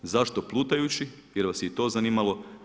Zašto plutajući, jer vas je i to zanimalo?